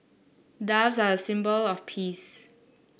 doves are a symbol of peace